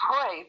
pray